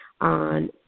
on